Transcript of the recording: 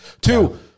Two